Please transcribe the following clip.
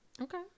Okay